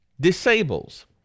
disables